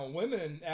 women